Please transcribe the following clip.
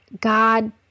God